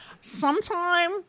Sometime